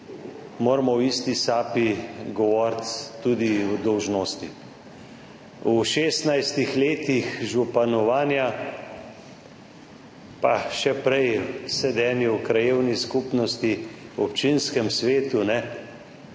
moramo v isti sapi govoriti tudi o dolžnosti. Po šestnajstih letih županovanja, pa še prej pri sedenju v krajevni skupnosti, v občinskem svetu, se